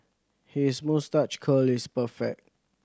his moustache curl is perfect